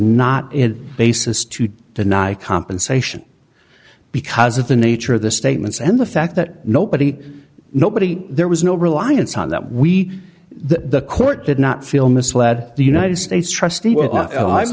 not a basis to deny compensation because of the nature of the statements and the fact that nobody nobody there was no reliance on that we the court did not feel misled the united states